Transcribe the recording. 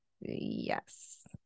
Yes